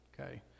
okay